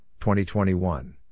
2021